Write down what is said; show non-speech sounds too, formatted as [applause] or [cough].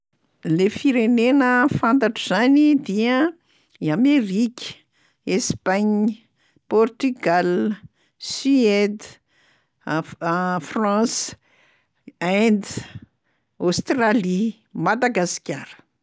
Le firenena fatatro zany dia: i Amerika, Espagne, Portugal, Suède, af- [hesitation] France, Inde, Australie, Madagasikara.